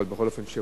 בכל אופן,